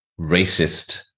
racist